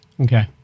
Okay